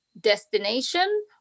destination